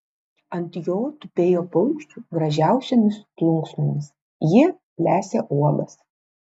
ant jo tupėjo paukščių gražiausiomis plunksnomis jie lesė uogas